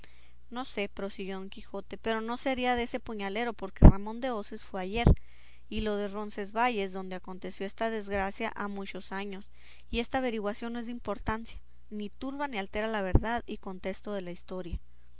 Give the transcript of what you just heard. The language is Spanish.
no sé prosiguió don quijote pero no sería dese puñalero porque ramón de hoces fue ayer y lo de roncesvalles donde aconteció esta desgracia ha muchos años y esta averiguación no es de importancia ni turba ni altera la verdad y contesto de la historia